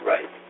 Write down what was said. Right